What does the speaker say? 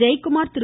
Jayakumar Thiru